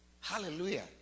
hallelujah